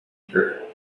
earth